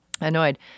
annoyed